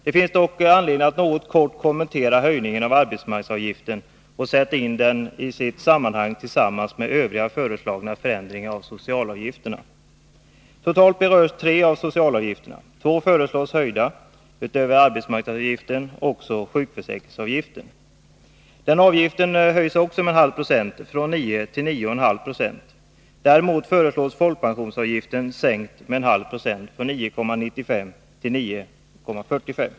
Det finns dock anledning att kort kommentera höjningen av arbetsmarknadsavgiften och sätta in den i sitt sammanhang tillsammans med övriga föreslagna förändringar av socialavgifterna. Totalt berörs tre av socialavgifterna. Två föreslås höjda, utöver arbetsmarknadsavgiften också sjukförsäkringsavgiften, som höjs med en halv procent från 9 till 9,5 96. Däremot föreslås folkpensionsavgiften sänkt med en halv procent från 9,95 till 9,45 96.